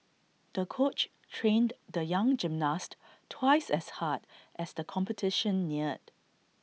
the coach trained the young gymnast twice as hard as the competition neared